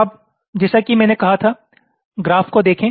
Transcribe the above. अब जैसा कि मैंने कहा था ग्राफ को देखें